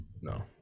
No